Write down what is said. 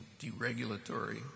deregulatory